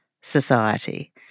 society